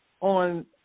on